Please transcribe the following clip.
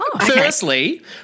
Firstly